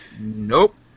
Nope